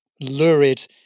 lurid